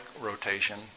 rotation